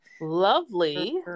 Lovely